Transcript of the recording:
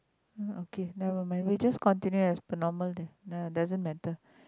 okay never mind we just continue as per normal then uh doesn't matter